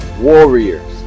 warriors